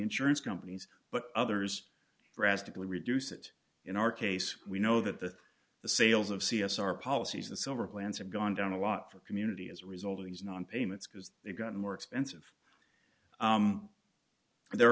insurance companies but others drastically reduce it in our case we know that the the sales of c s r policies the silver plans have gone down a lot for community as a result of these non payments because they've gotten more expensive and there